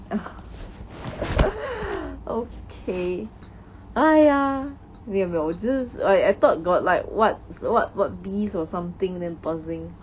okay !aiya! 沒有沒有我只是 I I thought got like what what what bees or something then buzzing